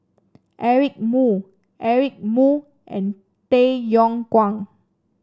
Eric Moo Eric Moo and Tay Yong Kwang